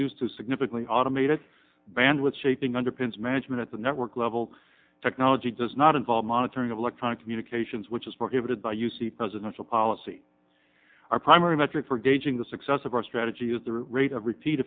used to significantly automated bandwidth shaping underpins management at the network level technology does not involve monitoring of electronic communications which is prohibited by u c presidential policy our primary metric for gauging the success of our strategy is the rate of repeat